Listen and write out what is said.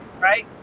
right